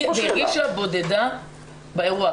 היא הרגישה בודדה באירוע.